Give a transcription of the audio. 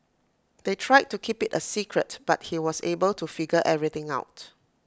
they tried to keep IT A secret but he was able to figure everything out